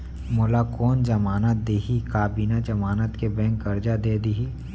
मोला कोन जमानत देहि का बिना जमानत के बैंक करजा दे दिही?